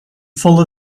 full